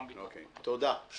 המשמעות של המילה.